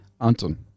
Anton